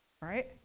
right